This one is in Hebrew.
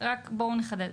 רק בואו נחדד,